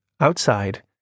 Outside